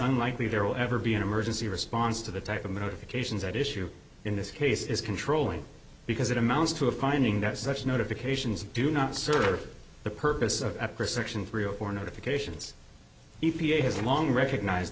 unlikely there will ever be an emergency response to the type of notifications that issue in this case is controlling because it amounts to a finding that such notifications do not serve the purpose of after section three of four notifications e p a has long recognize